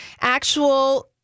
actual